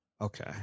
Okay